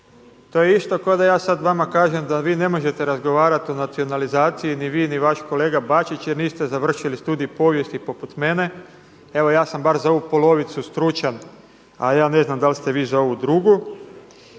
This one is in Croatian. To je isto kao da ja sad vama kažem da vi ne možete razgovarati o nacionalizaciji, ni vi ni vaš kolega Bačić jer niste završili studij povijesti poput mene. Evo ja sam bar za ovu polovicu stručan, a ja ne znam da ste vi za ovu drugu.